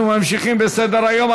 אנחנו ממשיכים בסדר-היום.